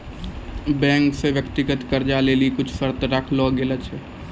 bank से व्यक्तिगत कर्जा लेली कुछु शर्त राखलो गेलो छै